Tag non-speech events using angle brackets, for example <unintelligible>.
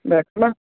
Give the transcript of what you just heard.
<unintelligible>